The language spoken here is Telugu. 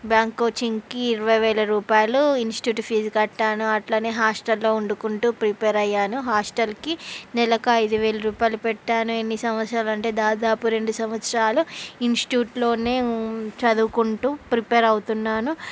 బ్యాంక్ కోచింగ్కి ఇరవై వేల రూపాయలు ఇన్స్ట్యూట్ ఫీజు కట్టాను అట్లనే హాస్టల్లో వండుకుంటూ ప్రిపేర్ అయ్యాను హాస్టల్కి నెలకైదు వేలు రూపాయలు పెట్టాను ఎన్ని సంవత్సరాలు అంటే దాదాపు రెండు సంవత్సరాలు ఇన్స్ట్యూట్ లోనే చదువుకుంటూ ప్రిపేర్ అవుతున్నాను